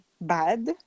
bad